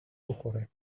بخوره